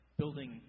building